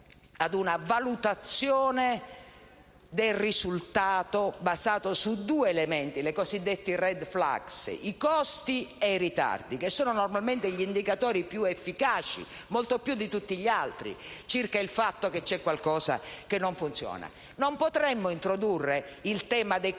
ad una valutazione del risultato basata su due elementi (i cosiddetti *red flag*), i costi e i ritardi, che sono normalmente gli indicatori più efficaci, molto più di tutti gli altri, circa il fatto che c'è qualcosa che non funziona? Non potremmo introdurre il tema dei costi